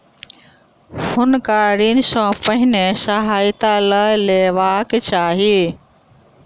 हुनका ऋण सॅ पहिने सहायता लअ लेबाक चाही